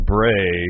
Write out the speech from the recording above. Bray